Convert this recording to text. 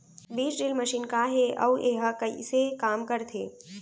बीज drill machine का हे अऊ एहा कइसे काम करथे?